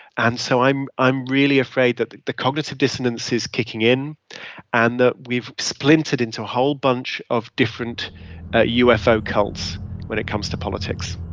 and so i'm i'm really afraid that the cognitive dissonance is kicking in and that we've splintered into a whole bunch of different ufo cults when it comes to politics